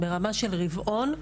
ברמה של רבעון,